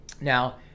Now